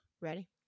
Ready